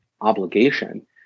obligation